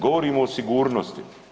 Govorimo o sigurnosti.